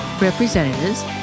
representatives